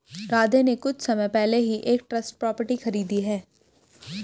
राधे ने कुछ समय पहले ही एक ट्रस्ट प्रॉपर्टी खरीदी है